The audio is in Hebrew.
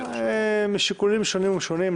משיקולים שונים ומשונים.